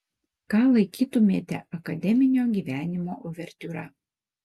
ką laikytumėte akademinio gyvenimo uvertiūra